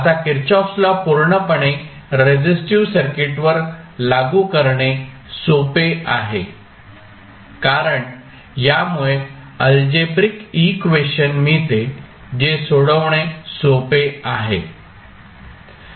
आता Kirchhoff's law पूर्णपणे resistive सर्किटवर लागू करणे सोपे आहे कारण यामुळे अल्जेब्रिक इक्वेशन मिळते जे सोडवणे सोपे आहे